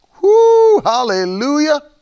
Hallelujah